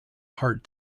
heart